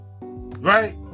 right